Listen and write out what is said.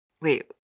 Wait